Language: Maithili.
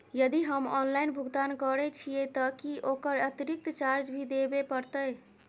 यदि हम ऑनलाइन भुगतान करे छिये त की ओकर अतिरिक्त चार्ज भी देबे परतै?